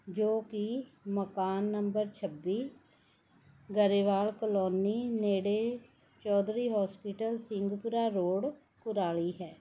ਜੋ ਕਿ ਮਕਾਨ ਨੰਬਰ ਛੱਬੀ ਗਰੇਵਾਲ ਕਲੋਨੀ ਨੇੜੇ ਚੌਧਰੀ ਹੋਸਪੀਟਲ ਸਿੰਘਪੁਰਾ ਰੋਡ ਕੁਰਾਲੀ ਹੈ